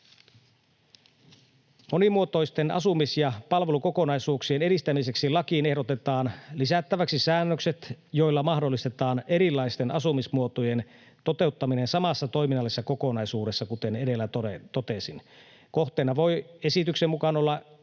Monimuotoisten asumis- ja palvelukokonaisuuksien edistämiseksi lakiin ehdotetaan lisättäväksi säännökset, joilla mahdollistetaan erilaisten asumismuotojen toteuttaminen samassa toiminnallisessa kokonaisuudessa, kuten edellä totesin. Kohteessa voi esityksen mukaan olla